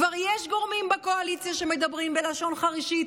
כבר יש גורמים בקואליציה שמדברים בלשון חרישית